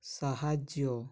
ସାହାଯ୍ୟ